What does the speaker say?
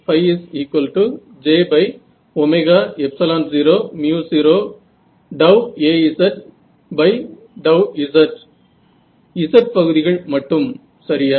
எனவே j00Az z z பகுதிகள் மட்டும் சரியா